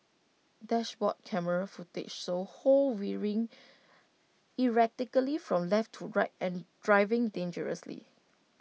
dashboard camera footage shows ho veering erratically from left to right and driving dangerously